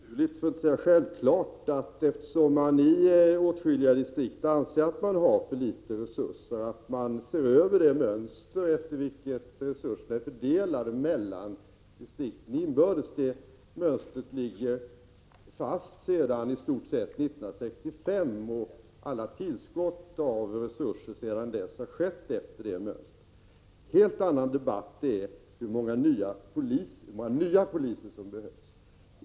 Herr talman! Det är naturligt — för att inte säga självklart — att man, eftersom man i åtskilliga distrikt anser att man har för litet resurser, ser över det mönster efter vilket resurserna är fördelade mellan distrikten inbördes. Det mönstret ligger i stort sett fast sedan 1965. Alla tillskott av resurser sedan dess har skett efter detta mönster. Hur många nya poliser som behövs hör till en helt annan debatt.